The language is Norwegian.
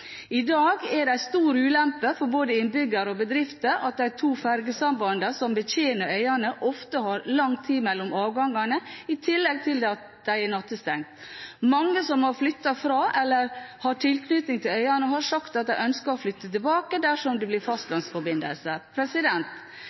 I dag er det en stor ulempe for både innbyggere og bedrifter at de to fergesambandene som betjener øyene, ofte har lang tid mellom avgangene, i tillegg til at de er nattestengt. Mange som har flyttet fra eller har tilknytning til øyene, har sagt at de ønsker å flytte tilbake dersom det blir